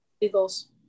Eagles